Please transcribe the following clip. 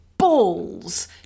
Balls